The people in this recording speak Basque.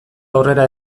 aurrera